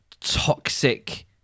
toxic